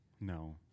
No